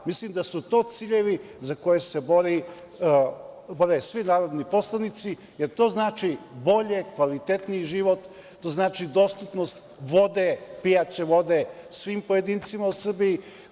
Mislim da su to ciljevi za koje se bore svi narodni poslanici, jer to znači bolji, kvalitetniji život, to znači dostupnost pijaće vode svim pojedincima u Srbiji.